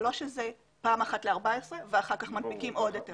אבל לא שזה פעם אחת ל-14 ואחר כך מנפיקים עוד היתר.